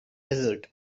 desert